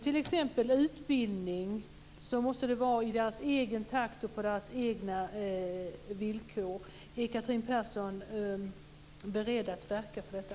T.ex. måste utbildning ske i deras egen takt och på deras egna villkor. Är Catherine Persson beredd att verka för detta?